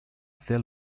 shell